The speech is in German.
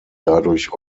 dadurch